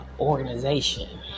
organization